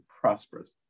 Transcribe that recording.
prosperous